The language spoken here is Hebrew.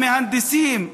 המהנדסים,